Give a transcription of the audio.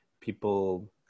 people